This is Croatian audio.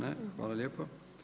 Ne, hvala lijepo.